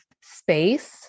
space